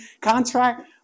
contract